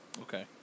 Okay